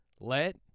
Let